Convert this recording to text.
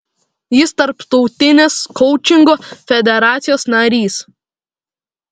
jis tarptautinės koučingo federacijos narys